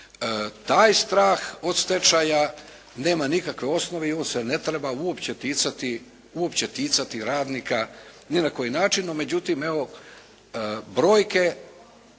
Taj strah od stečaja nema nikakve osnove i on se ne treba uopće ticati radnika ni na koji način. No međutim, evo brojke